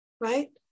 right